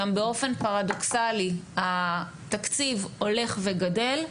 באופן פרדוקסלי התקציב הולך וגדל,